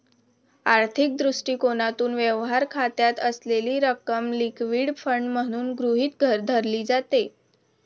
आर्थिक दृष्टिकोनातून, व्यवहार खात्यात असलेली रक्कम लिक्विड फंड म्हणून गृहीत धरली जाते